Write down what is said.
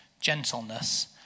gentleness